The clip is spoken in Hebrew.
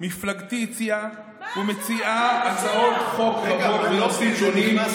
מפלגתי הציעה ומציעה הצעות חוק רבות בנושאים שונים,